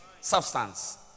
substance